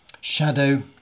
shadow